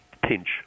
pinch